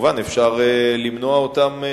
שכמובן אפשר למנוע אותם.